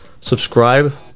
Subscribe